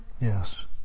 yes